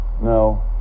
no